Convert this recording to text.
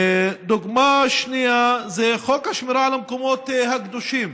דוגמה שנייה, חוק השמירה על המקומות הקדושים.